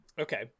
Okay